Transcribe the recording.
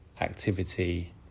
activity